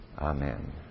Amen